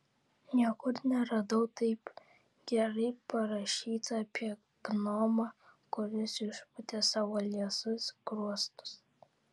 niekur neradau taip gerai parašyta apie gnomą kuris išpūtė savo liesus skruostus